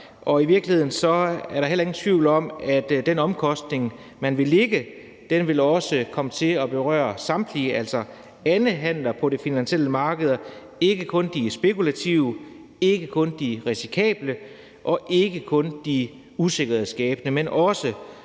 og i virkeligheden er der heller ingen tvivl om, at den omkostning, man vil lægge, også vil komme til at berøre samtlige handler på de finansielle markeder – ikke kun de spekulative, ikke kun de risikable og ikke kun de usikkerhedsskabende, men det